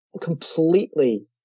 completely